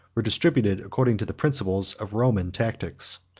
were distributed according to the principles of roman tactics.